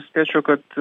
spėčiau kad